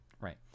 right